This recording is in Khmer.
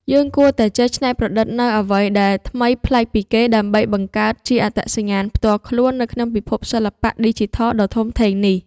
យើងគួរតែចេះច្នៃប្រឌិតនូវអ្វីដែលថ្មីប្លែកពីគេ ដើម្បីបង្កើតជាអត្តសញ្ញាណផ្ទាល់ខ្លួននៅក្នុងពិភពសិល្បៈឌីជីថលដ៏ធំធេងនេះ។